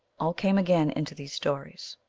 all come again into these stories